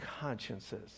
consciences